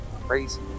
crazy